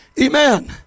amen